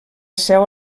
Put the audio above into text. seu